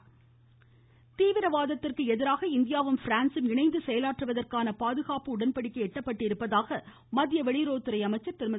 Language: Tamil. சுஷ்மா சுவராஜ் தீவிரவாதத்திற்கு எதிராக இந்தியாவும் பிரான்ஸும் இணை்கி செயலாற்றுவதற்கான பாதுகாப்பு உடன்படிக்கை எட்டப்பட்டிருப்பதாக மத்திய வெளியுறவுத்துறை அமைச்சர் திருமதி